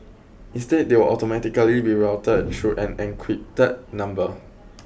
instead they will automatically be routed through an encrypted number